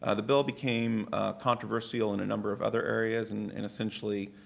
ah the bill became controversial in a number of other areas and and essentially